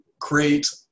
create